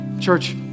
Church